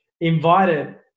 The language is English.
invited